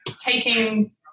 taking